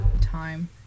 ...time